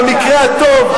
במקרה הטוב,